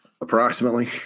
approximately